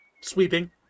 sweeping